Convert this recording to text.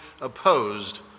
opposed